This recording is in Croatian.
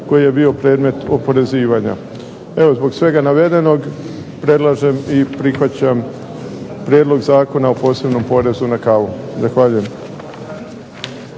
koji je bio predmet oporezivanja. Evo, zbog svega navedenog predlažem i prihvaćam Prijedlog zakona o posebnom porezu na kavu.